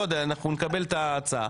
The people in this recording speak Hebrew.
לא יודע אנחנו נקבל את ההצעה